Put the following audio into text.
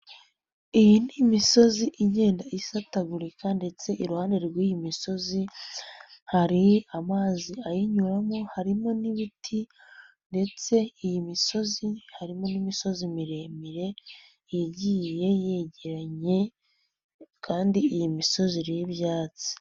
Iyi ni imisozi igenda isatagurika ndetse iruhande rw'iyi misozi, hari amazi ayinyuramo, harimo n'ibiti ndetse iyi misozi harimo n'imisozi miremire yagiye yegeranye kandi iyi misozi y'ibyatsi.